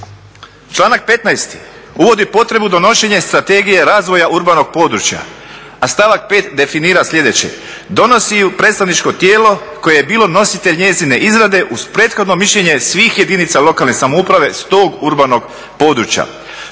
Članak 15. uvodi potrebu donošenja strategije razvoja urbanog područja, a stavak 5. definira sljedeće: "Donosi ju predstavničko tijelo koje je bilo nositelj njezine izrade u prethodno mišljenje svih jedinica lokalne samouprave s tog urbanog područja."